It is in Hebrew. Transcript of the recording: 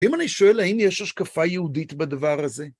אם אני שואל האם יש השקפה יהודית בדבר הזה?